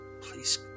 please